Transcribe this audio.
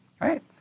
Right